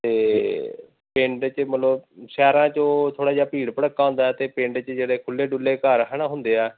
ਅਤੇ ਪਿੰਡ 'ਚ ਮਤਲਬ ਸ਼ਹਿਰਾਂ 'ਚੋਂ ਥੋੜ੍ਹਾ ਜਿਹਾ ਭੀੜ ਭੜੱਕਾ ਹੁੰਦਾ ਹੈ ਅਤੇ ਪਿੰਡ 'ਚ ਜਿਹੜੇ ਖੁੱਲ੍ਹੇ ਡੁੱਲੇ ਘਰ ਹੈ ਨਾ ਹੁੰਦੇ ਆ